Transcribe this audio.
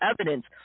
evidence